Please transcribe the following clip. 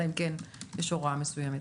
אלא אם כן יש הוראה מסוימת.